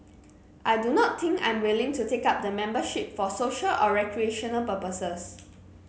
I do not think I am willing to take up the membership for social or recreational purposes